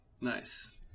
Nice